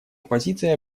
позиция